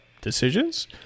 decisions